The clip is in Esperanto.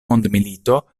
mondmilito